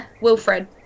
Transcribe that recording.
Wilfred